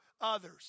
others